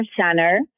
Center